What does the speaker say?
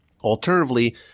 Alternatively